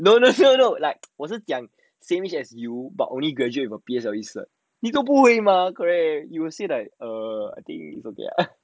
no no no no like 我是讲 same age as you but me graduate from P_S_L_E certificate 你都不会 mah correct you will say like err I think about it lah